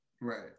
Right